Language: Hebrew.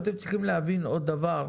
אתם צריכים להבין עוד דבר.